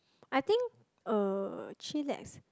I think uh chillax